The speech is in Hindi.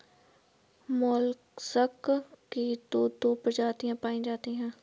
मोलसक की तो दो प्रजातियां पाई जाती है